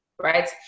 right